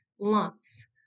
lumps